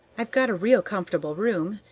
i've got a real comfortable room,